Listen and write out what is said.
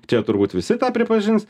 čia turbūt visi tą pripažins